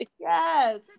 Yes